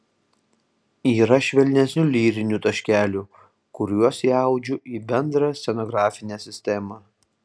yra švelnesnių lyrinių taškelių kuriuos įaudžiu į bendrą scenografinę sistemą